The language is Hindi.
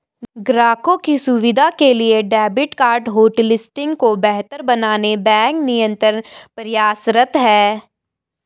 ग्राहकों की सुविधा के लिए डेबिट कार्ड होटलिस्टिंग को बेहतर बनाने बैंक निरंतर प्रयासरत है